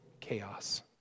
chaos